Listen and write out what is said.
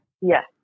Yes